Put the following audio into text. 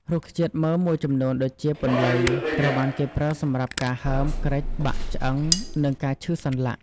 រុក្ខជាតិមើមមួយចំនួនដូចជា ពន្លៃ ត្រូវបានគេប្រើសម្រាប់ការហើម គ្រេច បាក់ឆ្អឹង និងការឈឺសន្លាក់។